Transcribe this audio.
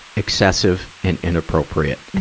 excessive, and inappropriate.